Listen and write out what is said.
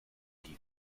die